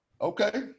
Okay